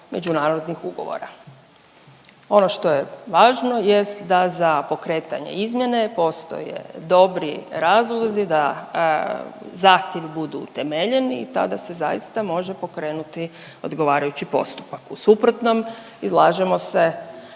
međunarodnih ugovora. Ono što je važno jest da za pokretanje izmjene postoje dobri razlozi da zahtjevi budu utemeljeni i tada se zaista može pokrenuti odgovarajući postupak. U suprotnom, izlažemo se,